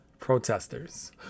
protesters